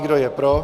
Kdo je pro?